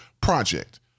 project